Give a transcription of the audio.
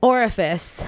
Orifice